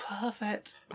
perfect